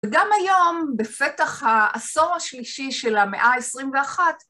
וגם היום בפתח העשור השלישי של המאה ה-21